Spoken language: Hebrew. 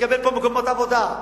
לקבל פה מקומות עבודה,